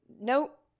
Nope